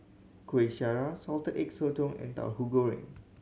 Kueh Syara Salted Egg Sotong and Tauhu Goreng